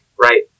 right